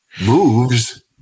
moves